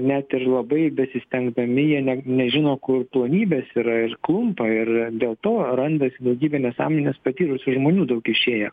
net ir labai besistengdami jie ne nežino kur plonybės yra ir klumpa ir dėl to randasi daugybė nesąmones patyrusių žmonių daug išėjo